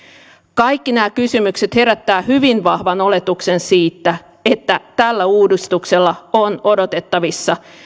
kaikki nämä kysymykset herättävät hyvin vahvan oletuksen siitä että tällä uudistuksella on odotettavissa